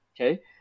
okay